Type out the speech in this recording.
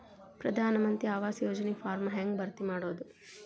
ಪ್ರಧಾನ ಮಂತ್ರಿ ಆವಾಸ್ ಯೋಜನಿ ಫಾರ್ಮ್ ಹೆಂಗ್ ಭರ್ತಿ ಮಾಡೋದು?